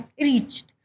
reached